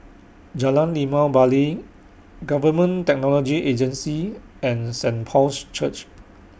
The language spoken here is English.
Jalan Limau Bali Government Technology Agency and Saint Paul's Church